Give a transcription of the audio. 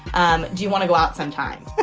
um do you want to go out sometime?